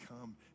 come